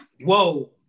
whoa